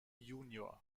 jun